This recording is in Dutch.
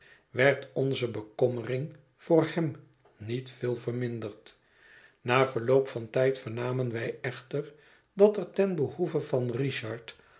werd onze bekommering door hem niet veel verminderd na verloop van tijd vernamen wij echter dat er ten behoeve van richard